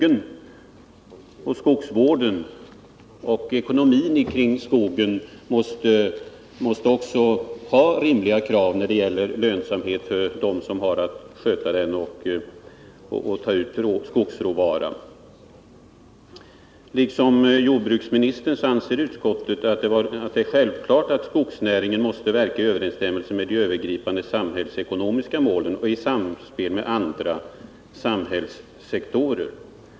Vi har framhållit att det på skogens ekonomi måste ställas rimliga krav på lönsamhet. Detta gäller både skogens skötsel och uttagen av skogsråvara. Utskottet ansluter sig till jordbruksministerns bedömning i detta avseende och skriver bl.a.: ”Liksom denne anser utskottet det vara självklart att skogsnäringen måste verka i överensstämmelse med de övergripande samhällsekonomiska målen och i samspel med andra samhällssektorer.